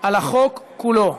על החוק כולו,